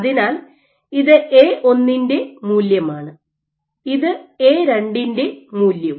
അതിനാൽ ഇത് എ1 ന്റെ മൂല്യമാണ് ഇത് എ2 ന്റെ മൂല്യവും